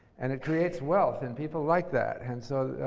and it creates wealth, and people like that. and so,